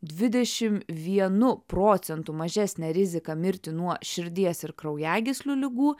dvidešim vienu procentu mažesnę riziką mirti nuo širdies ir kraujagyslių ligų